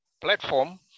platform